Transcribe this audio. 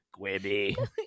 Quibby